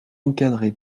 encadré